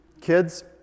Kids